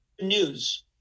news